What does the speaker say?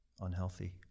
unhealthy